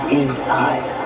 inside